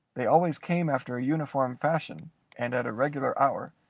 they always came after a uniform fashion and at a regular hour,